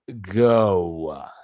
go